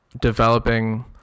developing